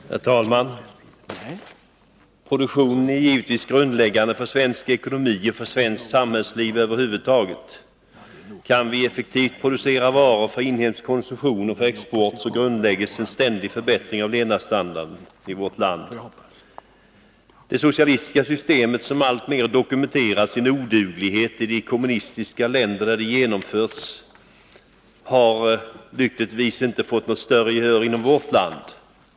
Herr talman! Produktionen är givetvis grundläggande för svensk ekonomi och för svenskt samhällsliv över huvud taget. Kan vi effektivt producera varor för inhemsk konsumtion och för export, så grundläggs en ständig förbättring av levnadsstandarden i vårt land. Det socialistiska systemet, som alltmer dokumenterat sin oduglighet i de kommunistiska länder där det genomförts, har lyckligtvis inte fått något större gehör i vårt land.